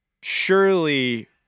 surely